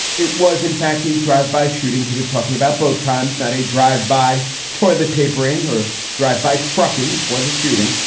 it was, in fact, a drive by shooting. he was talking about both times, not a drive by toilet papering or drive by trucking was a shooting.